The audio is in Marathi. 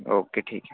ओके ठीक आहे